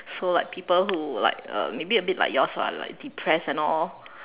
so like people who like uh maybe a bit like yours ah like depressed and all